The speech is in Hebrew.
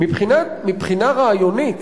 מבחינה רעיונית